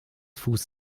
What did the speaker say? fuß